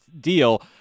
deal